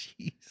Jeez